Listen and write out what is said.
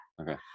Okay